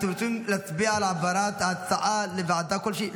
אתם רוצים להצביע על העברת ההצעה לוועדה כלשהי?